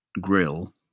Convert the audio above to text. Grill